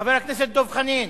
חבר הכנסת דב חנין,